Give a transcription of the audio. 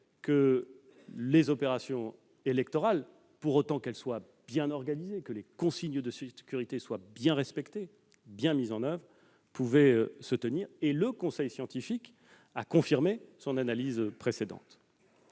que les opérations électorales, pour autant qu'elles soient bien organisées, que les consignes de sécurité soient bien mises en oeuvre et respectées, pouvaient se tenir, et le conseil scientifique a confirmé son analyse précédente.